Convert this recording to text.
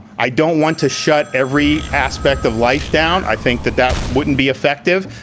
i don't want to shut every aspect of life down. i think that that wouldn't be effective.